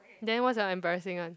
then what's your embarrassing one